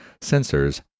sensors